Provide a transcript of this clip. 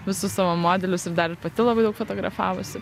visus savo modelius ir dar pati labai daug fotografavosi